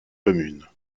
commune